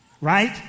right